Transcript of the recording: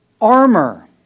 armor